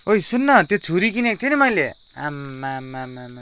ओइ सुन्न त्यो छुरी किनेको थिएँ नि मैले आम्मामामा